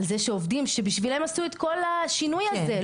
על זה שעובדים שבשבילם עשו את כל השינוי הזה,